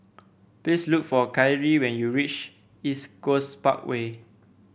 please look for Kyrie when you reach East Coast Parkway